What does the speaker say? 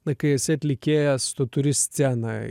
na kai esi atlikėjas tu turi sceną